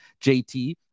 JT